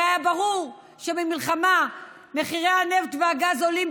הרי היה ברור שבמלחמה מחירי הנפט והגז עולים,